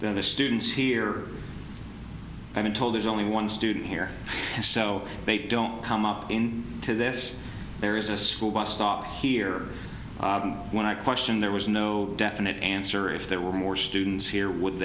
feet the students here have been told there's only one student here so they don't come up in to this there is a school bus stop here when i question there was no definite answer if there were more students here would